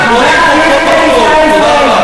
חבר הכנסת עיסאווי פריג'.